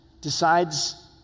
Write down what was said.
Decides